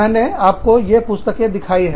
मैंने आपको ये पुस्तकें दिखाई है